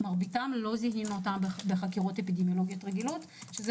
מרביתם לא זיהינו בחקירות אפידמיולוגיות רגילות שזה